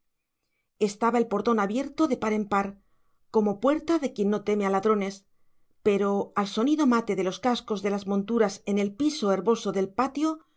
estaba el portón abierto de par en par como puerta de quien no teme a ladrones pero al sonido mate de los cascos de las monturas en el piso herboso del patio